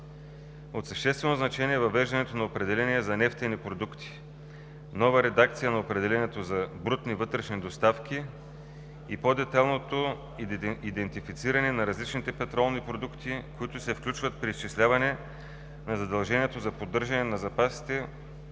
От съществено значение е въвеждането на определение за „нефтени продукти“, нова редакция на определението за „брутни вътрешни доставки“, и по-детайлното идентифициране на различните петролни продукти, които се включват при изчисляване на задължението за поддържане на запасите